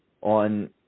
on